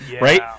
right